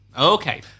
Okay